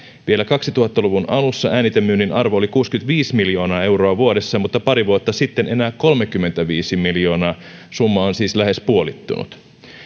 vielä kaksituhatta luvun alussa äänitemyynnin arvo oli kuusikymmentäviisi miljoonaa euroa vuodessa mutta pari vuotta sitten enää kolmekymmentäviisi miljoonaa summa on siis lähes puolittunut